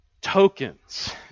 tokens